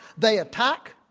they attack,